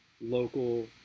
local